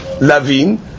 Lavin